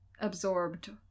absorbed